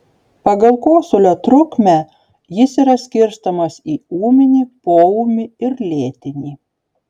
pagal kosulio trukmę jis yra skirstomas į ūminį poūmį ir lėtinį